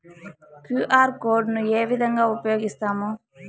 QR code ను ఏ విధంగా ఉపయగిస్తాము?